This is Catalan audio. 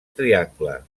triangle